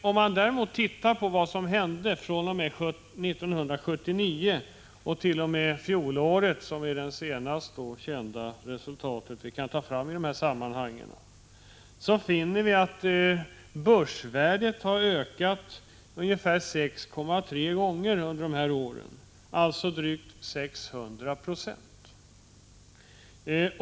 Om man däremot ser på vad som hände mellan 1979 och fjolåret, som är den senaste tidpunkt som vi kan jämföra med i dessa sammanhang, så finner vi att börsvärdet har blivit ungefär 6,3 gånger större under senare år, alltså ökat drygt 600 96.